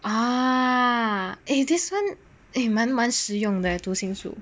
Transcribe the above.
ah eh this one eh 蛮实用的读心术